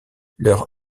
leur